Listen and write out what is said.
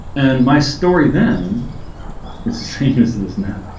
and my story then it's the sameness in this map